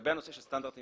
לגבי נושא הסטנדרטים